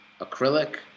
acrylic